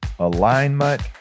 alignment